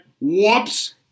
Whoops